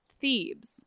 Thebes